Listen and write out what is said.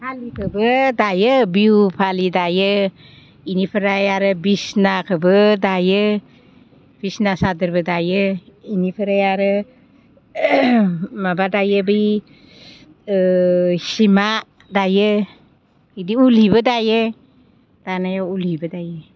फालिखौबो दायो बिहु फालि दायो बेनिफ्राय आरो बिसनाखौबो दायो बिसना सादोरबो दायो बेनिफ्राय आरो माबा दायो बै हिसिमा दायो बिदि उलनिबो दायो दानायाव उलनिबो दायो